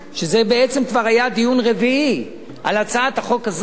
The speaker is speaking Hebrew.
וזה בעצם כבר היה דיון רביעי על הצעת החוק הזאת,